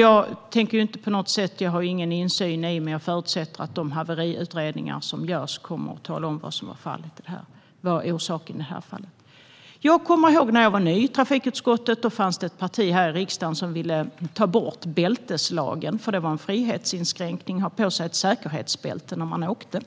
Jag tänker inte på något sätt föregripa utredningarna, för jag har ingen insyn i detta. Jag förutsätter att de haveriutredningar som görs kommer att tala om vad orsaken var i det aktuella fallet. Jag kommer ihåg när jag var ny i trafikutskottet. Då fanns det ett parti här i riksdagen som ville ta bort bälteslagen, för de ansåg att det var en frihetsinskränkning att ha på sig ett säkerhetsbälte när man åker.